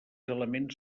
elements